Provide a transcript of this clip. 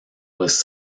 was